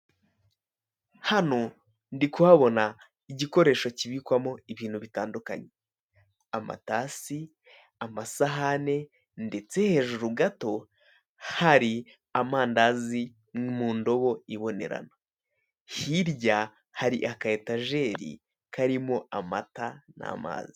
Hano ndi kuhabona igikoresho kibikwamo ibinyu bitandukanaye amatasi, amasahani, ndetse hejuru gato hari amandazi, mu ndobo ibonerana, hirya hari aka etajeri karimo amata ntetse n'amazi.